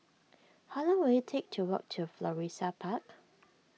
how long will it take to walk to Florissa Park